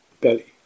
belly